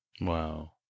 wow